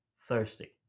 thirsty